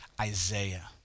Isaiah